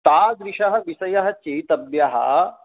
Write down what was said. तादृशः विषयः चेतव्यः